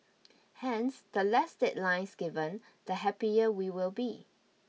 hence the less deadlines given the happier we will be